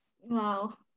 Wow